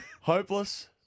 Hopeless